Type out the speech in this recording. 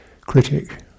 critic